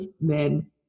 men